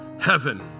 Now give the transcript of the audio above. heaven